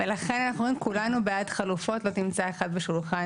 ולכן, כולנו בעד חלופות, לא תמצא אחד בשולחן